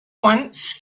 once